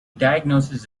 diagnosis